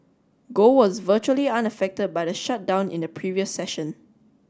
gold was virtually unaffected by the shutdown in the previous session